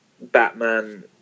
Batman